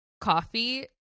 coffee